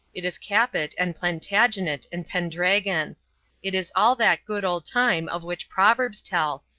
it is capet and plantagenet and pendragon. it is all that good old time of which proverbs tell,